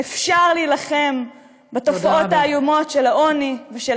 אפשר להילחם בתופעות האיומות של העוני, תודה רבה.